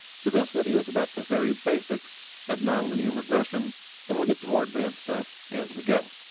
so this video's about the very basics of nonlinear regression and we'll get to more advanced stuff as we go.